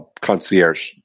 concierge